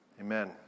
Amen